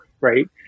right